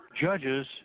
judges